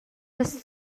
las